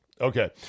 Okay